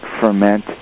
ferment